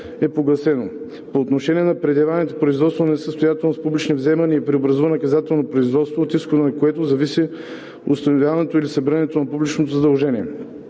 е погасено по отношение на предявените в производството по несъстоятелност публични вземания и при образувано наказателно производство, от изхода на което зависи установяването или събирането на публичното задължение.